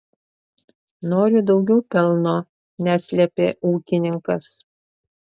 noriu daugiau pelno neslėpė ūkininkas